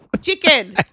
Chicken